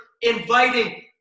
inviting